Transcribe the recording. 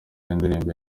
indirimbo